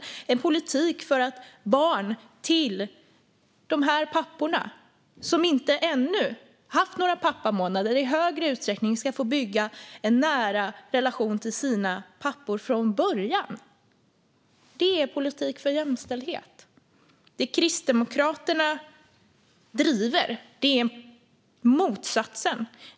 Det är politik för att barn till de pappor som ännu inte haft några pappamånader i högre utsträckning ska få bygga en nära relation till sina pappor från början. Det är politik för jämställdhet. Det Kristdemokraterna driver är motsatsen.